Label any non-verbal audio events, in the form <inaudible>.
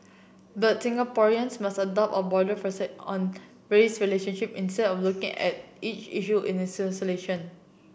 but Singaporeans must adopt a broader <unintelligible> on race relationship instead of looking at each issue in isolation